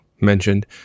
mentioned